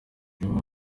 niwe